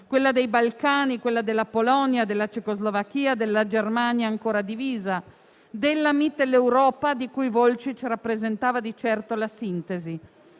quella dei Balcani, quella della Polonia, della Cecoslovacchia, della Germania ancora divisa e della Mitteleuropa, di cui Volcic rappresentava di certo la sintesi.